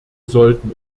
sollten